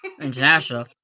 International